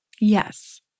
Yes